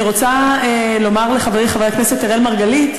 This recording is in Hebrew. אני רוצה לומר לחברי חבר הכנסת אראל מרגלית,